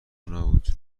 نبود